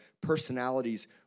personalities